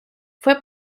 fue